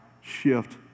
shift